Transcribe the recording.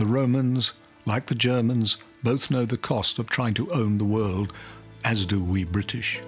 the romans like the germans both know the cost of trying to own the world as do we british